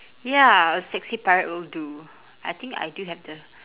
ya a sexy pirate will do I think I do have the